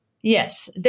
Yes